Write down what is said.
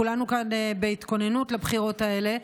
כולנו כאן בהתכוננות לבחירות האלה,